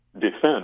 defense